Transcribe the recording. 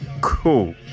Cool